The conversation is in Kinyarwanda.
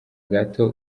gato